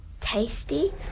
Tasty